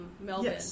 Melbourne